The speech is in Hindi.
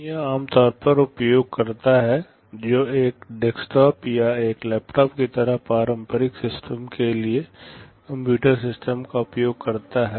बाहरी दुनिया आम तौर पर उपयोगकर्ता है जो एक डेस्कटॉप या एक लैपटॉप की तरह पारंपरिक सिस्टम्स के लिए एक कंप्यूटर सिस्टम का उपयोग कर रहा है